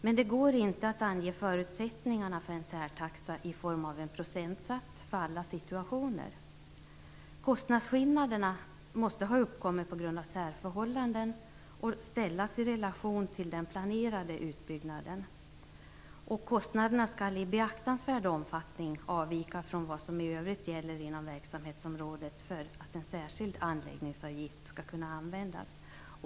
Men det går inte att ange förutsättningarna för en särtaxa i form av en procentsats för alla situationer. Kostnadsskillnaderna måste ha uppkommit på grund av särförhållanden och ställas i relation till den planerade utbyggnaden. Kostnaderna skall i beaktansvärd omfattning avvika från vad som i övrigt gäller inom verksamhetsområdet för att en särskild anläggningsavgift skall kunna användas.